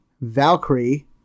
Valkyrie